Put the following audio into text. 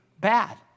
bad